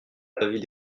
avis